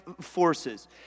forces